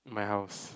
my house